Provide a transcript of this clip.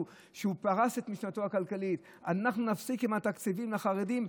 כשהוא פרס את משנתו הכלכלית: אנחנו נפסיק עם התקציבים לחרדים,